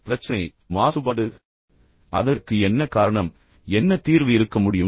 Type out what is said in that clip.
எனவே பிரச்சனை மாசுபாடு அதற்கு என்ன காரணம் என்ன தீர்வு இருக்க முடியும்